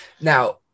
Now